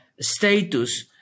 status